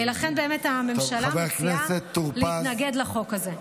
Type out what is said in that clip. לכן, הממשלה מציעה להתנגד לחוק הזה.